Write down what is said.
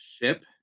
ship